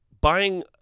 buying